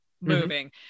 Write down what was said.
moving